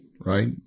right